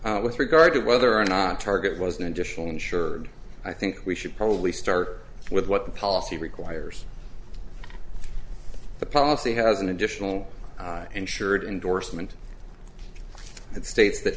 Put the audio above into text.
n with regard to whether or not target was an additional insured i think we should probably start with what the policy requires the policy has an additional insured indorsement it states that